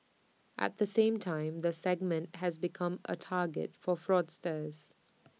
at the same time the segment has become A target for fraudsters